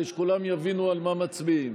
וכן הסתייגויות של שר הבריאות יולי יואל